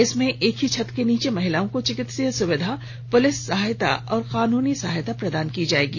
इसमें एक ही छत के नीचे महिलाओं को चिकित्सीय सुविधा पुलिस सहायता और कानूनी सहायता प्रदान की जायेगी